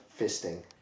fisting